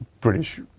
British